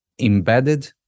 embedded